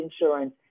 insurance